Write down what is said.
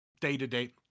day-to-day